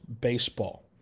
baseball